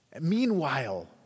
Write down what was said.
Meanwhile